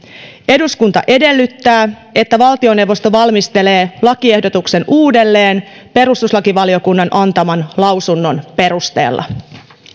eduskunta edellyttää että valtioneuvosto valmistelee lakiehdotuksen uudelleen perustuslakivaliokunnan antaman lausunnon perusteella